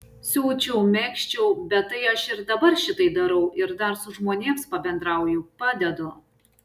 siūčiau megzčiau bet tai aš ir dabar šitai darau ir dar su žmonėms pabendrauju padedu